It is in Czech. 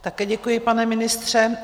Také děkuji, pane ministře.